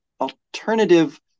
alternative